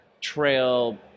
trail